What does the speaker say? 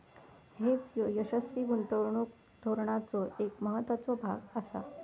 hedge ह्यो यशस्वी गुंतवणूक धोरणाचो एक महत्त्वाचो भाग आसा